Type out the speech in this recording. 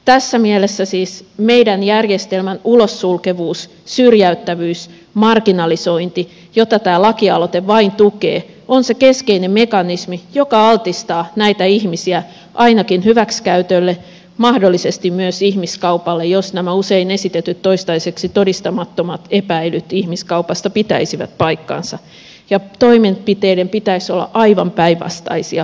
tässä mielessä siis meidän järjestelmämme ulossulkevuus syrjäyttävyys marginalisointi joita tämä lakialoite vain tukee ovat se keskeinen mekanismi joka altistaa näitä ihmisiä ainakin hyväksikäytölle mahdollisesti myös ihmiskaupalle jos nämä usein esitetyt toistaiseksi todistamattomat epäilyt ihmiskaupasta pitäisivät paikkansa ja toimenpiteiden pitäisi olla aivan päinvastaisia nykyisiin nähden